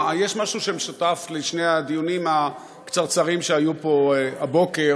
יש משהו שמשותף לשני הדיונים הקצרצרים שהיו פה הבוקר: